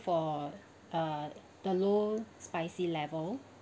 for uh the low spicy level